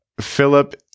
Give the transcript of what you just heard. Philip